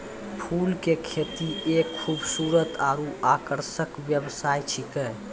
फूल के खेती एक खूबसूरत आरु आकर्षक व्यवसाय छिकै